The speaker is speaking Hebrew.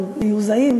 הם מיוזעים,